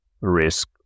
risk